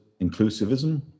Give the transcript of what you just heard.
inclusivism